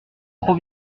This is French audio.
trop